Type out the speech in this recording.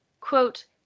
quote